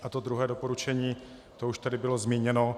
A to druhé doporučení už tady bylo zmíněno.